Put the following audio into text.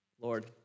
Lord